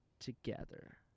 together